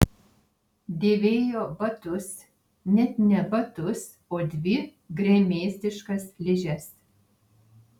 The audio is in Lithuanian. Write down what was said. dėvėjo batus net ne batus o dvi gremėzdiškas ližes